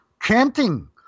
Chanting